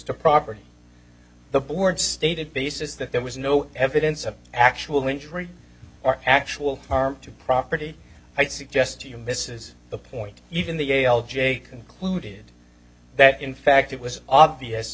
to property the board stated basis that there was no evidence of actual injury or actual harm to property i suggest to you misses the point even the a l j concluded that in fact it was obvious